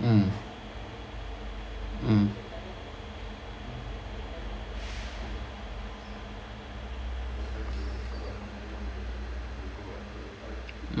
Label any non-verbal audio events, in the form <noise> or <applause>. mm mm <noise> mm